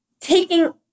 Taking